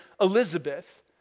Elizabeth